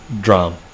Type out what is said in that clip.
drum